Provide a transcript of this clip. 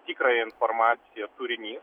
tikrąją informaciją turinys